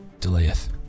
Delayeth